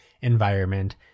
environment